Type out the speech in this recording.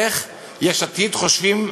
איך יש עתיד חושבים